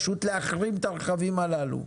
יש להחרים את הרכבים הללו,